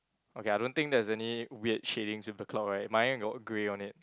okay I don't think there's any weird shadings with the cloud right mine got grey on it